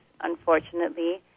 unfortunately